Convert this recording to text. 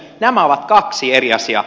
nämä ovat kaksi eri asiaa